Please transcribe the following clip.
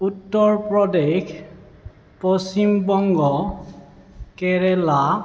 Uttar Pradesh Paschimbanga Kerala